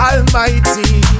Almighty